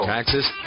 Taxes